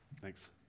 Thanks